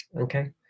Okay